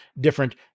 different